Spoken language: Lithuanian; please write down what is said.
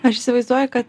aš įsivaizduoju kad